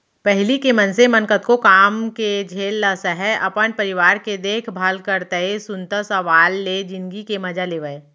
पहिली के मनसे मन कतको काम के झेल ल सहयँ, अपन परिवार के देखभाल करतए सुनता सलाव ले जिनगी के मजा लेवयँ